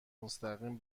مستقیم